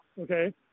Okay